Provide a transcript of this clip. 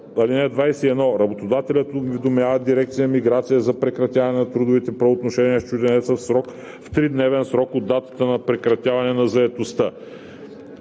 (21) Работодателят уведомява дирекция „Миграция“ за прекратяване на трудовото правоотношение с чужденеца в тридневен срок от датата на прекратяване на заетостта.